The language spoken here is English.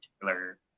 particular